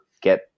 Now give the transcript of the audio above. get